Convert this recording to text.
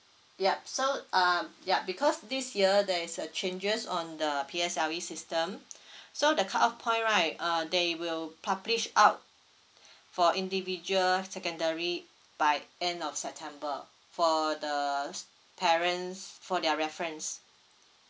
yup so uh yup because this year there is a changes on the P_S_L_E system so the cut off point right uh they will publish out for individual secondary by end of september for the parents for their reference